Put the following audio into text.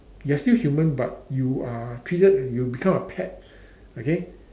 you are still human but you are treated like you become a pet okay